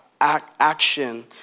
action